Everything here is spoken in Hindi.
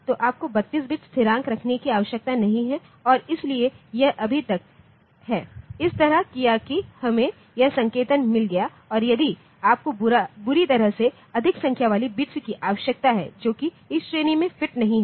तो आपको 32 बिट स्थिरांक रखने की आवश्यकता नहीं है और इसलिए यह अभी तक है इस तरह किया कि हमें यह संकेतन मिल गया और यदि आपको बुरी तरह से अधिक संख्या वाली बिट्स की आवश्यकता है जो कि इस श्रेणी में फिट नहीं हैं